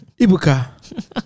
Ibuka